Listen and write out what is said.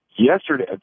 yesterday